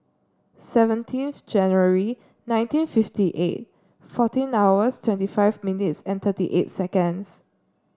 seventeenth January nineteen fifty eight fourteen hours twenty five minutes and thirty eight seconds